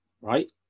right